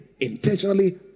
intentionally